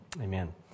amen